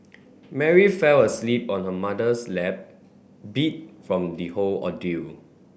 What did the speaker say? Mary fell asleep on her mother's lap beat from the whole ordeal